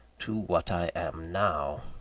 to what i am now.